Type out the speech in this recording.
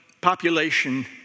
population